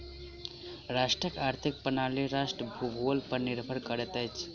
राष्ट्रक आर्थिक प्रणाली राष्ट्रक भूगोल पर निर्भर करैत अछि